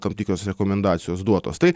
tam tikros rekomendacijos duotos tai